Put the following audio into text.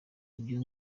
ibyo